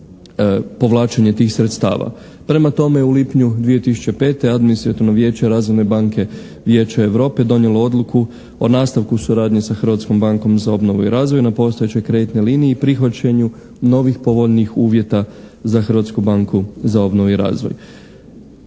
povlačenje tih sredstava. Prema tome, u lipnju 2005. adminstrativno vijeće Razvojne banke Vijeća Europe donijelo je odluku o nastavku suradnje sa Hrvatskom bankom za obnovu i razvoj na postojećoj kreditnoj liniji, prihvaćenju novih povoljnijih uvjeta za Hrvatsku banku za obnovu i razvoj.